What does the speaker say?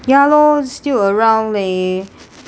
ya lor still around leh